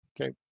Okay